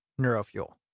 NeuroFuel